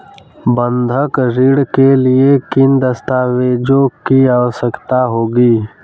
बंधक ऋण के लिए किन दस्तावेज़ों की आवश्यकता होगी?